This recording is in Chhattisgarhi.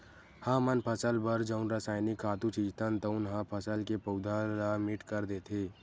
हमन फसल बर जउन रसायनिक खातू छितथन तउन ह फसल के पउधा ल मीठ कर देथे